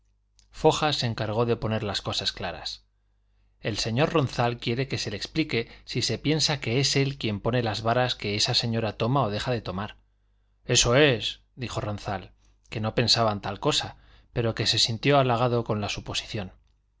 foja se encargó de poner las cosas claras el señor ronzal quiere que se le explique si se piensa que es él quien pone las varas que esa señora toma o deja de tomar eso es dijo ronzal que no pensaba en tal cosa pero que se sintió halagado con la suposición